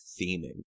theming